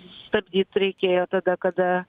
stabdyt reikėjo tada kada